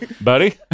Buddy